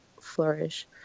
flourish